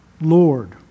Lord